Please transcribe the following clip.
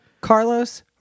Carlos